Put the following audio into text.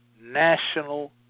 national